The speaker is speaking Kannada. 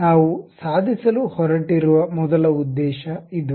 ನಾವು ಸಾಧಿಸಲು ಹೊರಟಿರುವ ಮೊದಲ ಉದ್ದೇಶ ಇದು